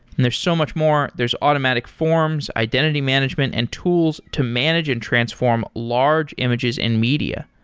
and there's so much more. there's automatic forms, identity management and tools to manage and transform large images and media.